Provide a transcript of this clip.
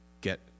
get